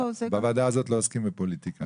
בוועדה הזאת לא עוסקים בפוליטיקה.